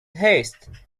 haste